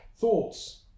thoughts